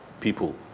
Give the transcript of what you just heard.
people